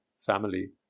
family